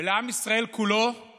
ולעם ישראל כולו את